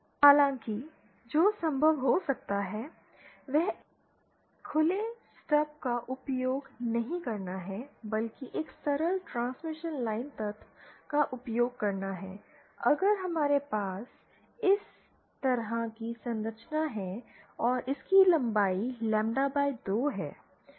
हालांकि जो संभव हो सकता है वह एक खुले स्टब का उपयोग नहीं करना है बल्कि एक सरल ट्रांसमिशन लाइन तत्व का उपयोग करना है अगर हमारे पास इस तरह की संरचना है और इसकी लंबाई लैम्ब्डा 2 है